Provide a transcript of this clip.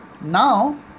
now